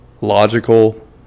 logical